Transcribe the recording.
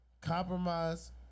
Compromise